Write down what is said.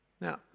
Now